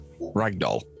Ragdoll